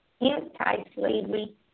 anti-slavery